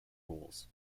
roles